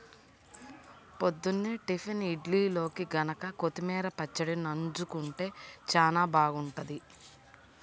పొద్దున్నే టిఫిన్ ఇడ్లీల్లోకి గనక కొత్తిమీర పచ్చడి నన్జుకుంటే చానా బాగుంటది